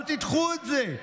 אבל תדחו את זה.